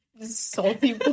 salty